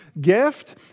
gift